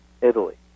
Italy